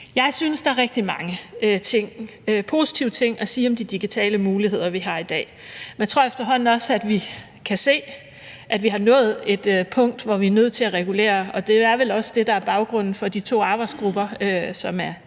Jeg synes, der er rigtig mange positive ting at sige om de digitale muligheder, vi har i dag, men jeg tror efterhånden også, at vi kan se, at vi har nået et punkt, hvor vi er nødt til at regulere, og det er vel også det, der er baggrunden for de to arbejdsgrupper, som er nedsat